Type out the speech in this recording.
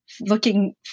looking